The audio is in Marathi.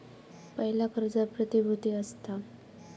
पयला कर्ज प्रतिभुती असता